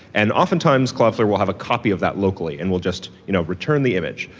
and often times cloudflare will have a copy of that locally and will just you know return the image.